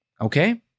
okay